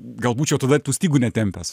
gal būčiau tada tų stygų netempęs